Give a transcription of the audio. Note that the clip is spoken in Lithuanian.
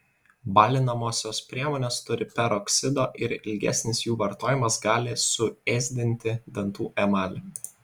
balinamosios priemonės turi peroksido ir ilgesnis jų vartojimas gali suėsdinti dantų emalį